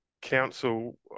Council